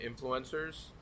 influencers